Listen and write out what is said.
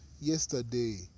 yesterday